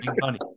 money